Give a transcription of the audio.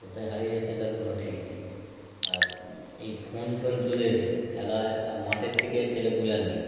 কোথায় হারিয়ে যাচ্ছে তার কোনো ঠিক নেই আর এই ফোন টোন চলে এসে খেলায় মাঠের দিকের ছেলেপুলে আর নেই